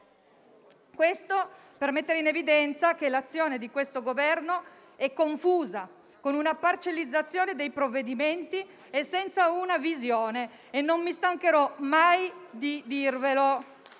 Questo mette in evidenza che l'azione dell'attuale Governo è confusa, con una parcellizzazione dei provvedimenti e senza una visione, e non mi stancherò mai di dirvelo.